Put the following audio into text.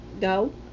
go